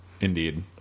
Indeed